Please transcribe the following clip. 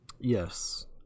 Yes